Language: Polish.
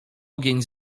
ogień